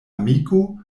amiko